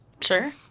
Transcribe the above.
Sure